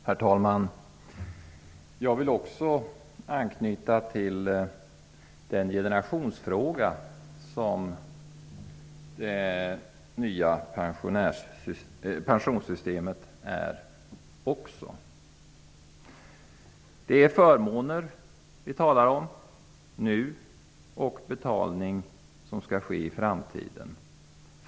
Herr talman! Jag vill också anknyta till den generationsfråga som det nya pensionssystemet är. Vi talar nu om förmåner och betalning för dessa som skall ske i framtiden.